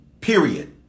Period